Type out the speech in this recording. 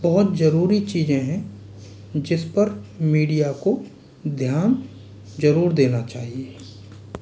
बहुत जरूरी चीज़ें हैं जिस पर मीडिया को ध्यान ज़रूर देना चाहिए